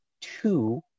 two